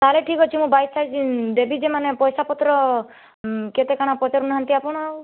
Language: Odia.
ତା'ହେଲେ ଠିକ୍ ଅଛି ମୁଁ ବାଇଶ ସାଇଜ୍ ଦେବି ଯେ ମାନେ ପଇସାପତ୍ର କେତେ କ'ଣ ପଚାରୁନାହାଁନ୍ତି ଆପଣ